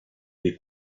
est